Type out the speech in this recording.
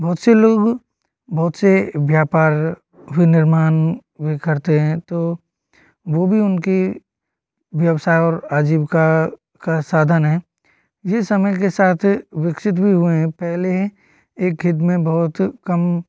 बहुत से लोग बहुत से व्यापार विनिर्माण भी करते हैं तो वो भी उनकी व्यवसाय और आजीविका का साधन है ये समय के साथ विकसित भी हुए हैं पहले हैं एक खेत में बहुत कम